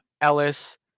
Ellis